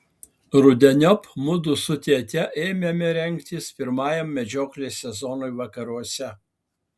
rudeniop mudu su tėte ėmėme rengtis pirmajam medžioklės sezonui vakaruose